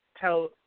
tell